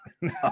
No